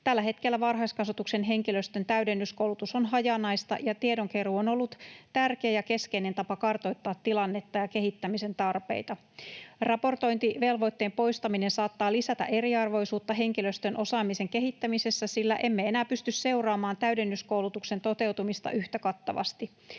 Tällä hetkellä varhaiskasvatuksen henkilöstön täydennyskoulutus on hajanaista, ja tiedonkeruu on ollut tärkeä ja keskeinen tapa kartoittaa tilannetta ja kehittämisen tarpeita. Raportointivelvoitteen poistaminen saattaa lisätä eriarvoisuutta henkilöstön osaamisen kehittämisessä, sillä emme enää pysty seuraamaan täydennyskoulutuksen toteutumista yhtä kattavasti.